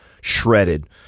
shredded